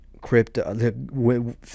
crypto